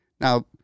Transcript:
now